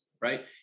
right